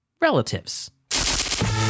relatives